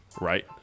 right